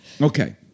okay